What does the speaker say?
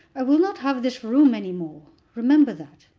i will not have this room any more remember that.